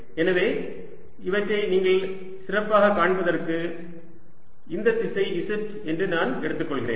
எனவே இவற்றை நீங்கள் சிறப்பாகக் காண்பதற்கு இந்த திசை z என்று நான் எடுத்துக் கொள்கிறேன்